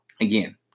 Again